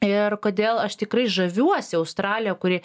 ir kodėl aš tikrai žaviuosi australija kuri